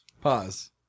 pause